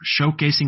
showcasing